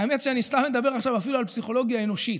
האמת שאני מדבר עכשיו סתם על פסיכולוגיה אנושית.